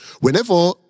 whenever